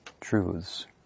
truths